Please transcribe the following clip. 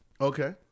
Okay